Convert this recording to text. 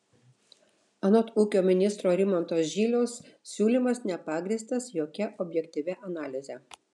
anot ūkio ministro rimanto žyliaus siūlymas nepagrįstas jokia objektyvia analize